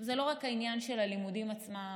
זה לא רק העניין של הלימודים עצמם,